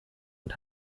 und